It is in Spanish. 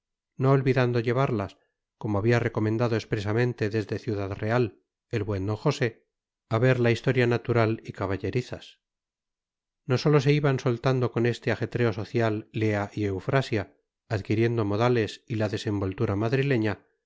no olvidando llevarlas como había recomendado expresamente desde ciudad real el buen d josé a ver la historia natural y caballerizas no sólo se iban soltando con este ajetreo social lea y eufrasia adquiriendo modales y la desenvoltura madrileña